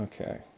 Okay